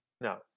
No